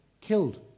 killed